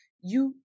you-